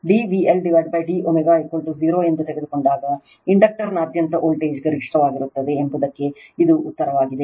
d VLd ω0 ತೆಗೆದುಕೊಂಡಾಗ ಇಂಡಕ್ಟರ್ನಾದ್ಯಂತ voltage ಗರಿಷ್ಠವಾಗಿರುತ್ತದೆ ಎಂಬುದಕ್ಕೆ ಇದು ಉತ್ತರವಾಗಿದೆ